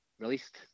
released